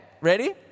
ready